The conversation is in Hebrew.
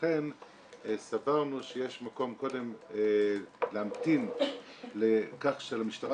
ולכן סברנו שיש מקום קודם להמתין לכך שהמשטרה